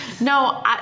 No